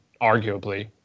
arguably